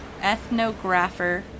Ethnographer